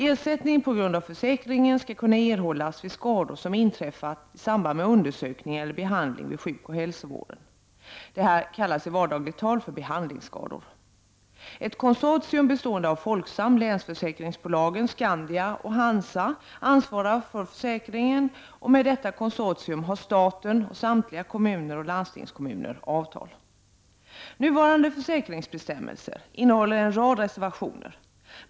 Ersättning på grund av försäkringen skall kunna erhållas vid skador som inträffar i samband med undersökning eller behandling vid sjukoch hälsovården. Det här kallas i vardagligt tal för behandlingsskador. Ett konsortium bestående av Folksam, Länsförsäkringsbolagen, Skandia och Hansa ansvarar för försäkringen, och med detta konsortium har staten och samtliga kommuner och landstingskommuner avtal. Nuvarande försäkringsbestämmelser innehåller en rad reservationer.